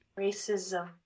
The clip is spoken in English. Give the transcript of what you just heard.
racism